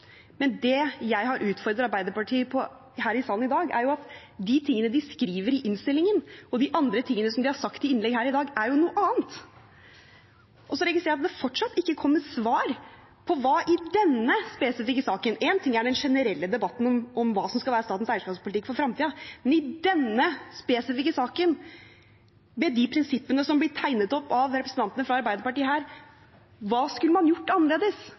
men det jeg har utfordret Arbeiderpartiet på her i salen i dag, er at det de skriver i innstillingen, og det de har sagt i innlegg her i dag, er noe annet. Så registrerer jeg at det fortsatt ikke kommer svar på hva i denne spesifikke saken – én ting er den generelle debatten om hva som skal være statens eierskapspolitikk for fremtiden – med de prinsippene som blir tegnet opp av representantene fra Arbeiderpartiet her, hva skulle man gjort annerledes?